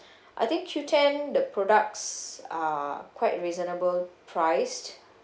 I think Qoo ten the products are quite reasonable priced